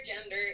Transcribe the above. gender